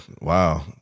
wow